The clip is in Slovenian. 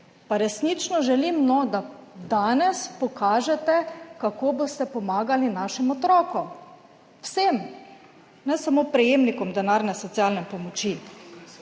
pa resnično želim, da danes pokažete, kako boste pomagali našim otrokom. Vsem, ne samo prejemnikom denarne socialne pomoči.